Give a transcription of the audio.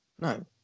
No